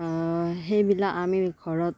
সেইবিলাক আমি ঘৰত